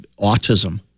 autism